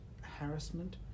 harassment